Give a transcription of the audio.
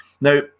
Now